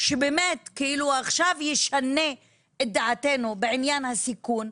שבאמת עכשיו ישנה את דעתנו בעניין הסיכון,